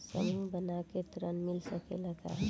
समूह बना के ऋण मिल सकेला का?